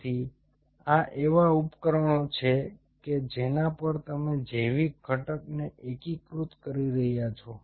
તેથી આ એવા ઉપકરણો છે કે જેના પર તમે જૈવિક ઘટકને એકીકૃત કરી રહ્યા છો